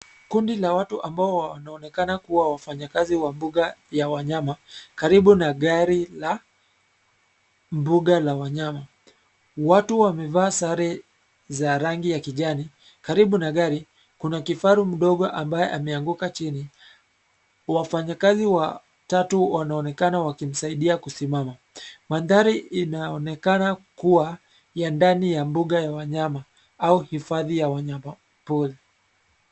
Kundi la watu ambao wanaonekana kuwa wafanyikazi wa mbuga ya wanyama karibu na gari la mbuga la wanyama. Watu wamevaa sare za rangi ya kijani. Karibu na gari kuna kifaru mdogo ambaye ameanguka chini, wafanyikazi watatu wanaonekana wakimsaidia kusimama. Mandhari inaonekana kuwa ya ndani ya mbuga ya wanyama au hifadhi ya wanyama pori.